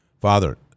Father